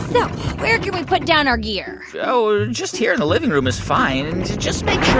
so where can we put down our gear? oh, just here in the living room is fine. just make